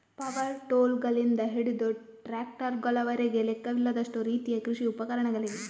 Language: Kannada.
ಪವರ್ ಟೂಲ್ಗಳಿಂದ ಹಿಡಿದು ಟ್ರಾಕ್ಟರುಗಳವರೆಗೆ ಲೆಕ್ಕವಿಲ್ಲದಷ್ಟು ರೀತಿಯ ಕೃಷಿ ಉಪಕರಣಗಳಿವೆ